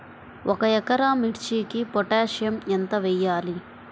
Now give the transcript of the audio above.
ఒక ఎకరా మిర్చీకి పొటాషియం ఎంత వెయ్యాలి?